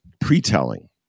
pre-telling